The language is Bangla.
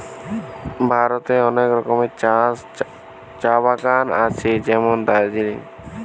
ভারতে অনেক রকমের চা বাগান আছে যেমন দার্জিলিং